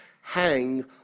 hang